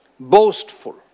Boastful